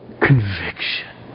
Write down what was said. conviction